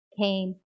came